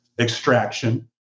extraction